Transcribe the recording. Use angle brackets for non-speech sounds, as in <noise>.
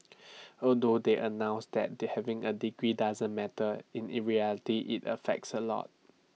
<noise> although they announced that they having A degree doesn't matter in IT reality IT affects A lot